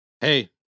Hey